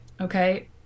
Okay